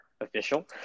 official